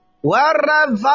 wherever